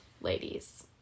ladies